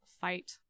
fight